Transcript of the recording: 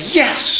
yes